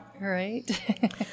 Right